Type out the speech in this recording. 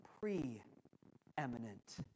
pre-eminent